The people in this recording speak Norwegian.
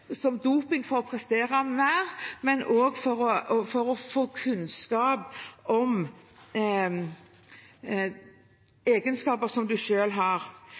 som doping for å prestere mer og også for å få kunnskap om egenskaper som en selv har.